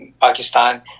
Pakistan